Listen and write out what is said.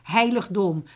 heiligdom